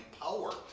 power